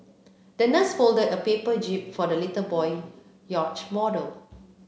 the nurse folded a paper jib for the little boy yacht model